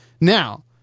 Now